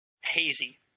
hazy